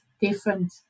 different